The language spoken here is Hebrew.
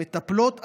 המטפלות,